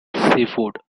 seafood